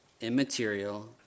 immaterial